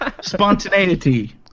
spontaneity